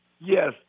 yes